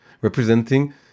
representing